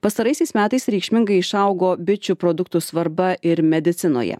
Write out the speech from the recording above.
pastaraisiais metais reikšmingai išaugo bičių produktų svarba ir medicinoje